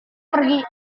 pergi